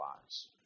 lives